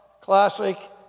classic